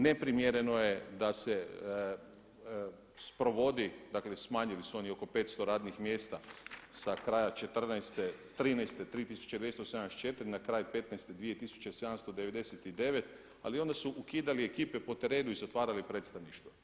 Neprimjereno je da se sprovodi, dakle smanjili su oni oko 500 radnih mjesta sa kraja '13. 3274 na kraj '15. 2799 ali onda su ukidali ekipe po terenu i zatvarali predstavništva.